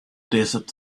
desert